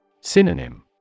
Synonym